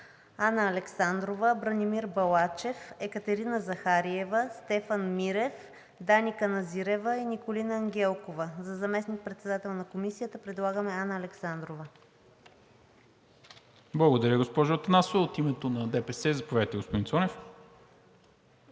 Анна Александрова, Бранимир Балачев, Екатерина Захариева, Стефан Мирев, Дани Каназирева и Николина Ангелкова. За заместник-председател на Комисията предлагаме Анна Александрова. ПРЕДСЕДАТЕЛ НИКОЛА МИНЧЕВ: Благодаря, госпожо Атанасова. От името на ДПС – заповядайте, господин Цонев.